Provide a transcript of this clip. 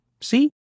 See